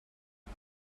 اون